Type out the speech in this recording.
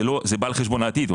זה בא על חשבון העתיד.